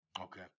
Okay